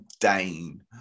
Dane